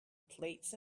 plates